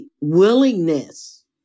willingness